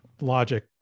logic